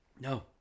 no